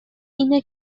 این